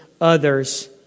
others